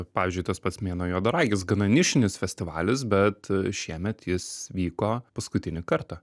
pavyzdžiui tas pats mėnuo juodaragis gana nišinis festivalis bet šiemet jis vyko paskutinį kartą